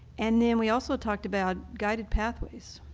and then we also talked about guided pathways.